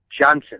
Johnson